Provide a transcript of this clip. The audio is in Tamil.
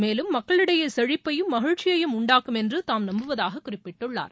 மேலும் மக்களிடையே செழிப்பையும் மகிழ்ச்சியையும் உண்டாக்கும் என்று தாம் நம்புவதாக் குறிப்பிட்டுள்ளார்